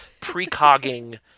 precogging